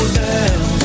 down